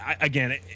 again